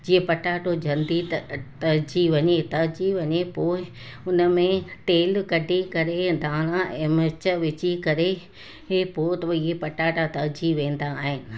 जीअं पटाटो जल्दी त तरिजी वञे तरिजी वञे पोइ हुन में तेल कढी करे धाणा ऐं मिर्च विझी करे हीअ पोइ ते इहा पटाटा तरिजी वेंदा आहिनि